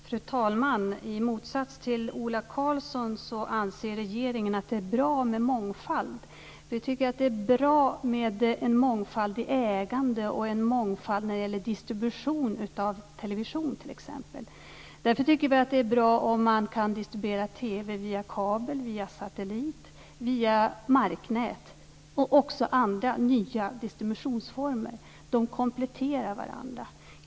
Fru talman! I motsats till Ola Karlsson anser regeringen att det är bra med mångfald. Vi tycker att det är bra med en mångfald i ägande och en mångfald när det gäller distribution av television t.ex. Därför tycker vi att det är bra om man kan distribuera TV via kabel, satellit och marknät. Det finns också andra nya distributionsformer. De kompletterar varandra.